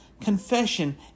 Confession